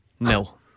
Nil